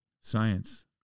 Science